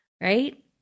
right